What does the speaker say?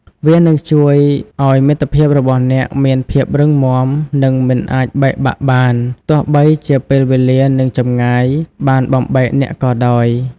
វានឹងជួយឱ្យមិត្តភាពរបស់អ្នកមានភាពរឹងមាំនិងមិនអាចបែកបាក់បាន ទោះបីជាពេលវេលានិងចម្ងាយបានបំបែកអ្នកក៏ដោយ។